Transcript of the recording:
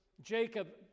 Jacob